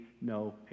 no